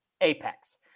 apex